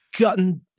gotten